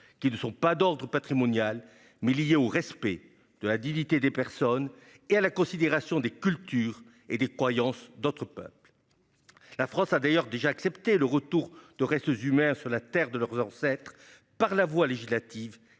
qui sont non pas d'ordre patrimonial, mais liés au respect de la dignité des personnes et à la considération des cultures et des croyances d'autres peuples. La France a d'ailleurs déjà accepté le retour de restes humains sur la terre de leurs ancêtres par la voie législative,